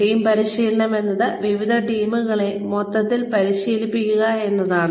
team പരിശീലനം എന്നത് വിവിധ ടീമുകളെ മൊത്തത്തിൽ പരിശീലിപ്പിക്കുക എന്നതാണ്